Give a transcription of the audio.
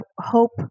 hope